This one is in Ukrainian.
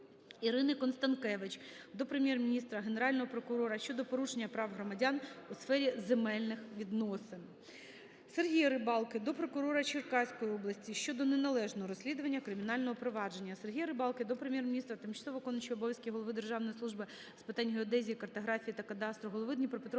Ірини Констанкевич до Прем'єр-міністра, Генерального прокурора щодо порушення прав громадян у сфері земельних відносин. Сергія Рибалки до прокурора Черкаської області щодо неналежного розслідування кримінального провадження. Сергія Рибалки до Прем'єр-міністра, тимчасово виконуючого обов'язки Голови Державної служби з питань геодезії, картографії та кадастру, голови Дніпропетровської